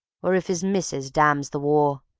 or if is missis damns the war,